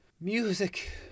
music